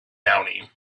county